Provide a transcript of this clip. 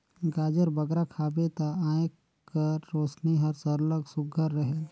गाजर बगरा खाबे ता आँएख कर रोसनी हर सरलग सुग्घर रहेल